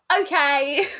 okay